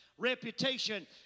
reputation